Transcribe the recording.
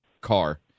car